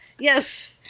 Yes